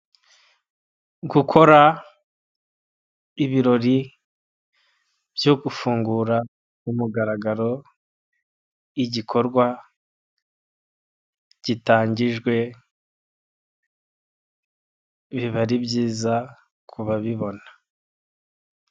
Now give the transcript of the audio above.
Gukora ibirori byo gufungura ku mugaragaro igikorwa gitangijwe biba ari byiza kuba bibona.